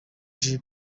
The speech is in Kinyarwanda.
jay